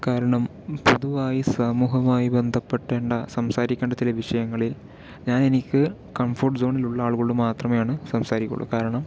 കാരണം പൊതുവായി സമൂഹമായി ബന്ധപ്പെട്ടേണ്ട സംസാരിക്കേണ്ട ചില വിഷയങ്ങളിൽ ഞാൻ എനിക്ക് കംഫോർട്ട് സോണിലുള്ള ആളുകളോട് മാത്രമേ ആണ് സംസാരിക്കോള്ള് കാരണം